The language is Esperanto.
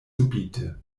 subite